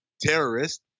terrorist